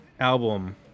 album